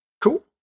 Cool